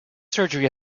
surgery